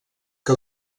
que